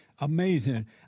Amazing